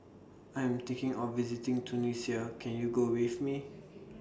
I'm thinking of visiting Tunisia Can YOU Go with Me